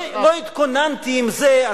לא התכוננתי עם זה,